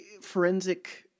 forensic